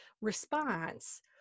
response